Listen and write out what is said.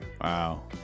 wow